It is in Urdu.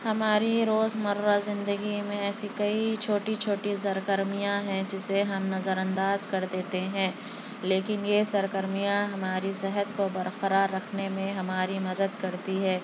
ہماری روز مرہ زندگی میں ایسی کئی چھوٹی چھوٹی سرگرمیاں ہیں جسے ہم نظر انداز کردیتے ہیں لیکن یہ سرگرمیاں ہماری صحت کو برقرار رکھنے میں ہماری مدد کرتی ہے